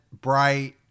bright